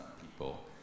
people